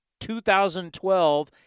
2012